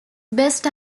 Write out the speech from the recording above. best